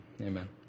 Amen